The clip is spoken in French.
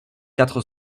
quatre